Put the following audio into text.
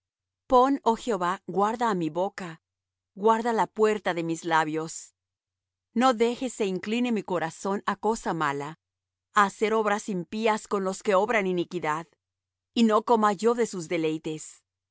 pon oh jehová guarda á mi boca guarda la puerta de mis labios no dejes se incline mi corazón á cosa mala a hacer obras impías con los que obran iniquidad y no coma yo de sus deleites que